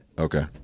Okay